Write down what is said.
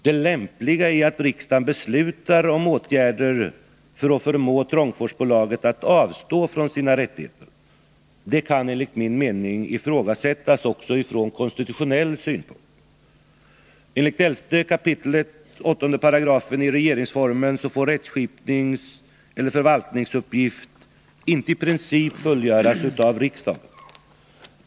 Det lämpliga i att riksdagen beslutar om åtgärder för att förmå bolaget att avstå från sina rättigheter kan enligt min mening ifrågasättas också från konstitutionell synpunkt. Enligt 11 kap. 8 § regeringsformen får rättsskipningseller förvaltningsuppgift i princip inte fullgöras av riksdagen.